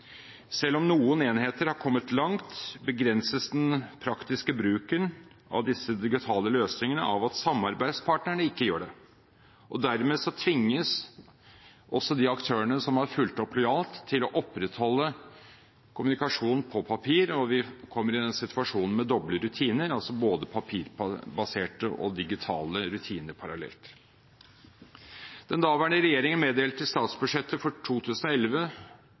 Selv om noen enheter har kommet langt, begrenses den praktiske bruken av disse digitale løsningene av at samarbeidspartnerne ikke gjør det, og dermed tvinges også de aktørene som har fulgt opp lojalt, til å opprettholde kommunikasjonen på papir, og vi kommer i situasjonen med doble rutiner, altså både papirbaserte og digitale rutiner parallelt. Den daværende regjeringen meddelte i statsbudsjettet for 2011